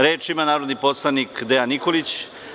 Reč ima narodni poslanik Dejan Nikolić.